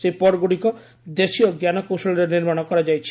ସେହି ପଡ୍ଗ୍ରଡ଼ିକ ଦେଶୀୟ ଜ୍ଞାନକୌଶଳରେ ନିର୍ମାଣ କରାଯାଇଛି